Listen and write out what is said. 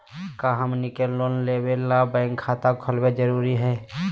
का हमनी के लोन लेबे ला बैंक खाता खोलबे जरुरी हई?